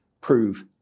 prove